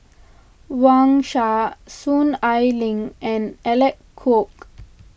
Wang Sha Soon Ai Ling and Alec Kuok